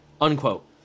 unquote